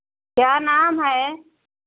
क्या नाम है